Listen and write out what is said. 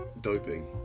doping